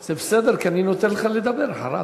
זה בסדר, כי אני נותן לך לדבר אחריו.